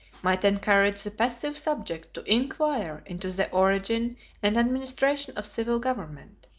might encourage the passive subject to inquire into the origin and administration of civil government.